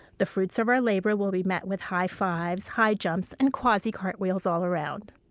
the fruits of our labor will be met with high-fives, high jumps, and quasi-cartwheels all around.